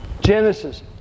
Genesis